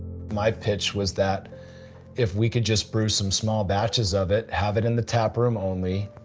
my pitch was that if we could just brew some small batches of it, have it in the tap room only,